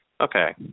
Okay